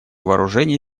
вооружений